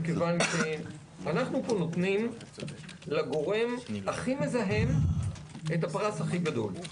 מכיוון שאנחנו פה נותנים לגורם הכי מזהם את הפרס הכי גדול.